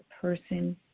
person